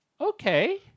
Okay